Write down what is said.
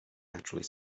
actually